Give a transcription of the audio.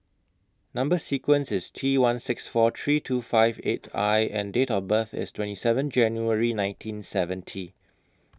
Number sequence IS T one six four three two five eight I and Date of birth IS twenty seven January nineteen seventy